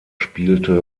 spielte